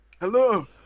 Hello